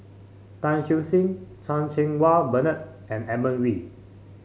Tan Siew Sin Chan Cheng Wah Bernard and Edmund Wee